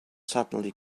suddenly